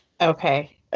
okay